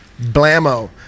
Blammo